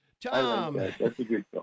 Tom